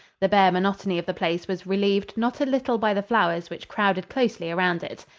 the bare monotony of the place was relieved not a little by the flowers which crowded closely around it.